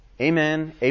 amen